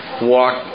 walk